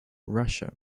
russia